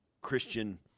Christian